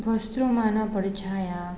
વસ્ત્રોમાંના પડછાયા